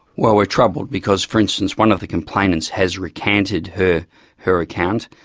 well we're troubled, because for instance, one of the complainants has recanted her her account,